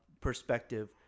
perspective